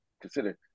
consider